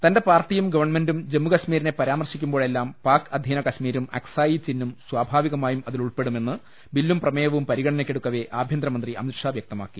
തന്റെ പാർട്ടിയും ഗവൺമെന്റും ജമ്മുകശ്മീരിനെ പരാമർശിക്കു മ്പോഴെല്ലാം പാക് അധീന കശ്മീരും അക്സായി ചിന്നും സ്ഥാഭാ വികമായും അതിലുൾപ്പെടുമെന്ന് ബില്ലും പ്രമേയവും പരിഗണ നക്കെടുക്കവെ ആഭ്യന്തരമന്ത്രി അമിത് ഷാ വൃക്തമാക്കി